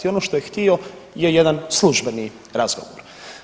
Ono što je htio je jedan službeni razgovor.